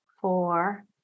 four